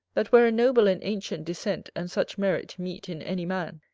that where a noble and ancient descent and such merit meet in any man,